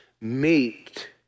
meet